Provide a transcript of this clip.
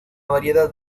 variedad